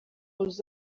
uzi